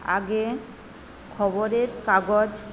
আগে খবরের কাগজ